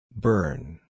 Burn